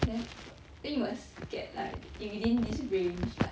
then what then you must get like in within this range like